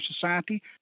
society